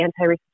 anti-racist